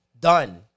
done